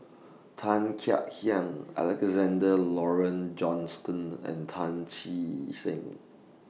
Tan Kek Hiang Alexander Laurie Johnston and Tan Che Sang